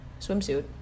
swimsuit